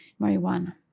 marijuana